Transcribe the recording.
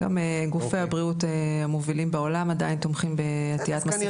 גם גופי הבריאות המובילים בעולם עדיין תומכים בעטית מסכה.